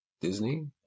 Disney